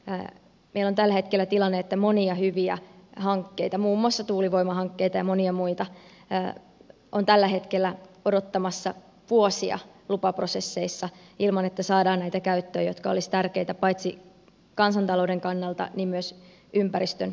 meillä on tällä hetkellä tilanne että monia hyviä hankkeita muun muassa tuulivoimahankkeita ja monia muita on tällä hetkellä odottamassa vuosia lupaprosesseissa ilman että saadaan näitä käyttöön jotka olisivat tärkeitä paitsi kansantalouden kannalta myös ympäristön ja ilmaston kannalta